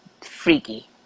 freaky